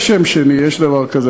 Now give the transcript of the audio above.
יש שם שני, יש דבר כזה.